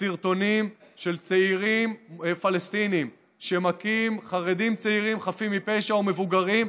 הסרטונים של צעירים פלסטינים שמכים חרדים צעירים חפים מפשע ומבוגרים,